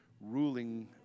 ruling